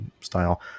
style